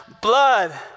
blood